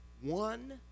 one